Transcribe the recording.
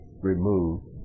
removed